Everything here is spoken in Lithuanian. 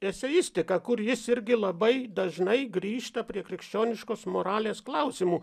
eseistiką kur jis irgi labai dažnai grįžta prie krikščioniškos moralės klausimų